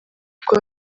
kuko